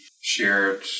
shared